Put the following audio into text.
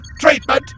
treatment